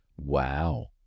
wow